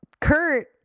Kurt